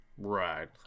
right